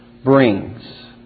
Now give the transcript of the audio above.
brings